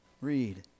read